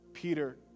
Peter